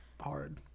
hard